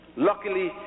Luckily